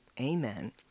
Amen